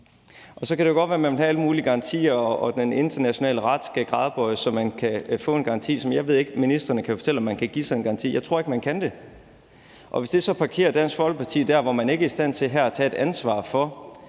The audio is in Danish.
Så kan det jo godt være, at man vil have alle mulige garantier og have, at den internationale ret skal gradbøjes, så man kan få en garanti, som jeg ikke ved om man kan give. Ministrene kan fortælle, om man kan give sådan en garanti. Jeg tror ikke, man kan det, og hvis det så parkerer Dansk Folkeparti der, hvor man ikke er i stand til her at tage et ansvar for,